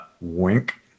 Wink